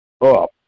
up